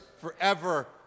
forever